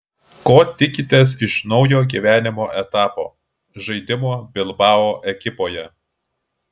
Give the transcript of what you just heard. ko tikitės iš naujo gyvenimo etapo žaidimo bilbao ekipoje